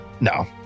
no